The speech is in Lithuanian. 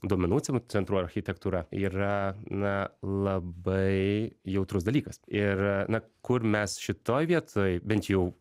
duomenų centrų architektūra yra na labai jautrus dalykas ir na kur mes šitoj vietoj bent jau